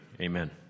Amen